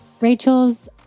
Rachel's